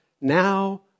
Now